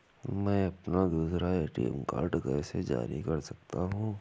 मैं अपना दूसरा ए.टी.एम कार्ड कैसे जारी कर सकता हूँ?